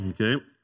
Okay